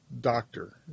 doctor